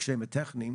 הקשיים הטכניים,